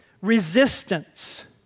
Resistance